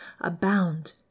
abound